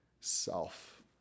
self